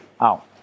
out